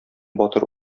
батыр